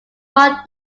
more